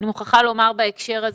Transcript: אני מוכרחה לומר בהקשר הזה,